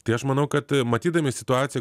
tai aš manau kad matydami situaciją